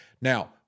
Now